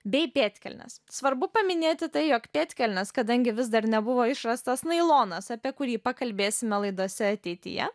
bei pėdkelnės svarbu paminėti tai jog pėdkelnės kadangi vis dar nebuvo išrastas nailonas apie kurį pakalbėsime laidose ateityje